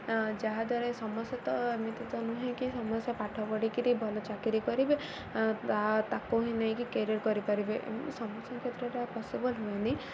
ଯାହାଦ୍ୱାରା ସମସ୍ତେ ତ ଏମିତି ତ ନୁହେଁ କି ସମସ୍ତେ ପାଠ ପଢ଼ିକିରି ଭଲ ଚାକିରୀ କରିବେ ତା'କୁ ହିଁ ନେଇକି କେରିୟର୍ କରିପାରିବେ ସମସ୍ତଙ୍କ କ୍ଷେତ୍ରରେ ଏହା ପସିିବଲ୍ ହୁଏନି